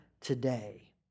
today